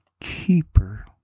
keeper